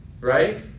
right